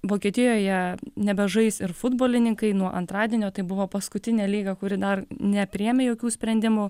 vokietijoje nebežais ir futbolininkai nuo antradienio tai buvo paskutinė lyga kuri dar nepriėmė jokių sprendimų